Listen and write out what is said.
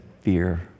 Fear